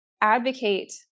advocate